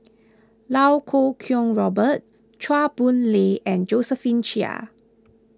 Iau Kuo Kwong Robert Chua Boon Lay and Josephine Chia